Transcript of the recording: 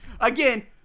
Again